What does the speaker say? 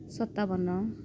ସତାବନ